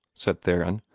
said theron.